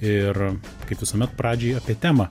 ir kaip visuomet pradžioj apie temą